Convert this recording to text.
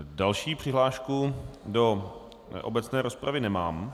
Další přihlášku do obecné rozpravy nemám.